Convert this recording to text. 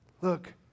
Look